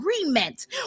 agreement